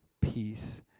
peace